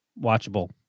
watchable